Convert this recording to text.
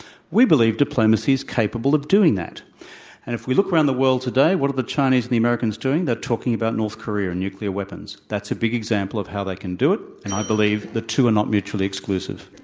we believe diplomacy is capable of doing that. and if we look around the world today, what are the chinese and the americans doing? they're talking about north korea and nuclear weapons. that's a big example of how they can do it, and i believe the two are not mutually exclusive.